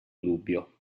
dubbio